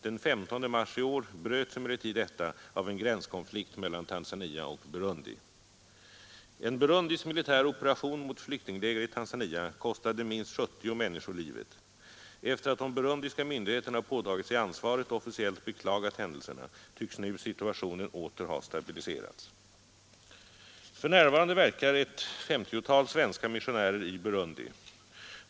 Den 15 mars i år bröts emellertid detta av en gränskonflikt mellan Tanzania och Burundi. En burundisk militär operation mot flyktingläger i Tanzania kostade minst 70 människor livet. Efter att de burundiska myndigheterna påtagit sig ansvaret och officiellt beklagat händelserna, tycks nu situationen åter ha stabiliserats. För närvarande verkar ett femtiotal svenska missionärer i Burundi.